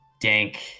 dank